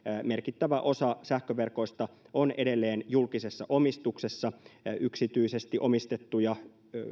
merkittävä osa sähköverkoista on edelleen julkisessa omistuksessa yksityisesti omistettuja